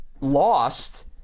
lost